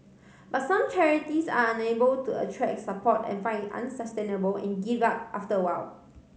but some charities are unable to attract support and find it unsustainable and give up after a while